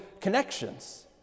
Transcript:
connections